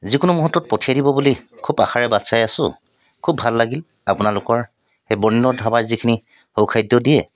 যিকোনো মূহুৰ্তত পঠিয়াই দিব বুলি খুব আশাৰে বাট চাই আছো খুব ভাল লাগিল আপোনালোকৰ সেই বৰ্ণ ধাবাৰ যিখিনি সুখাদ্য দিয়ে